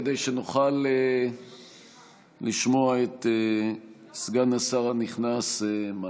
כדי שנוכל לשמוע את סגן השר הנכנס מקלב,